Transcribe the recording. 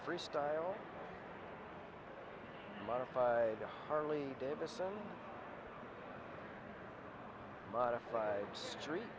freestyle modified harley davidson modified three